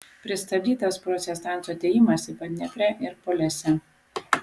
pristabdytas protestantų atėjimas į padneprę ir polesę